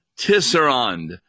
Tisserand